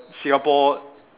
Singapore